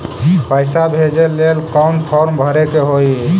पैसा भेजे लेल कौन फार्म भरे के होई?